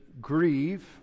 grieve